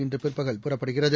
இன்று பிற்பகல் புறப்படுகிறது